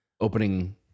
opening